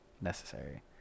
necessary